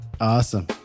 Awesome